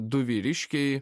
du vyriškiai